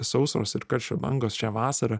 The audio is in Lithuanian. sausros ir karščio bangos šią vasarą